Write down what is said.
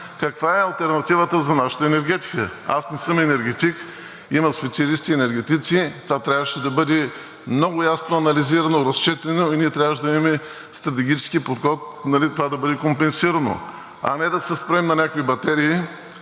каква е алтернативата за нашата енергетика. Аз не съм енергетик, има специалисти енергетици. Това трябваше да бъде много ясно анализирано, разчетено и ние трябваше да имаме стратегически подход това да бъде компенсирано, а не да се спрем на някакви батерии.